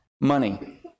money